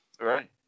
right